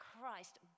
Christ